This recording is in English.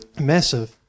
Massive